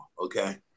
okay